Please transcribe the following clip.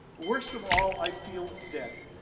worst of all i feel dead.